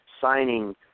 signing